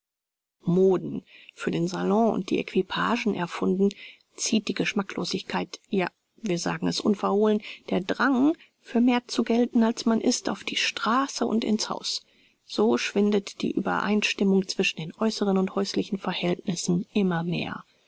moden für den salon und die equipagen erfunden zieht die geschmacklosigkeit ja wir sagen es unverholen der drang für mehr zu gelten als man ist auf die straße und in's haus so schwindet die uebereinstimmung zwischen den äußeren und häuslichen verhältnissen immer mehr